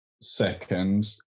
second